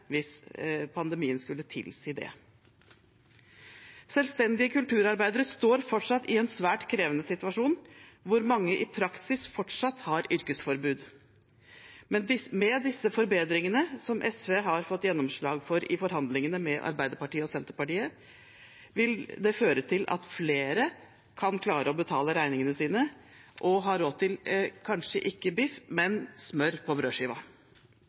hvis pandemien skulle tilsi det. Selvstendige kulturarbeidere står fortsatt i en svært krevende situasjon, hvor mange i praksis fortsatt har yrkesforbud. De forbedringene som SV har fått gjennomslag for i forhandlingene med Arbeiderpartiet og Senterpartiet, vil føre til at flere kan klare å betale regningene sine og har råd til kanskje ikke biff, men smør på brødskiva.